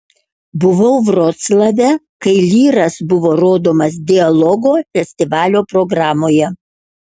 buvau vroclave kai lyras buvo rodomas dialogo festivalio programoje